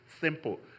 Simple